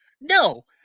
No